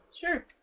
Sure